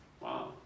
wow